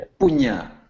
punya